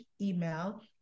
email